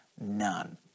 none